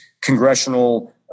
congressional